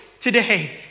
today